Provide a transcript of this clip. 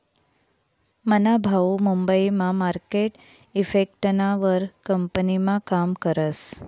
मना भाऊ मुंबई मा मार्केट इफेक्टना वर कंपनीमा काम करस